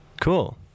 Cool